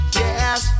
yes